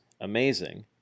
amazing